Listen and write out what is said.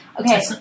Okay